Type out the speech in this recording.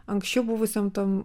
anksčiau buvusiom tom